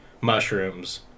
mushrooms